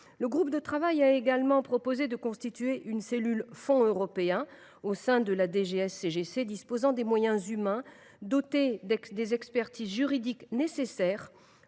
le groupe de travail a proposé de constituer une cellule « fonds européens » au sein de la DGSCGC. Elle disposerait de moyens humains dotés des expertises juridiques nécessaires